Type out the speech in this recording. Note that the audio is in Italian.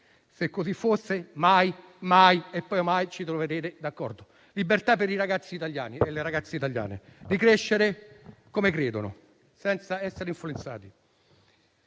Se così fosse, mai e poi mai ci troverete d'accordo. Libertà per i ragazzi italiani e le ragazze italiane di crescere come credono, senza essere influenzati.